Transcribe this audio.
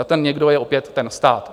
A ten někdo je opět ten stát.